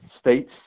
states